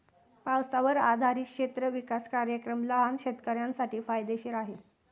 पावसावर आधारित क्षेत्र विकास कार्यक्रम लहान शेतकऱ्यांसाठी फायदेशीर आहे